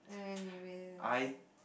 anyways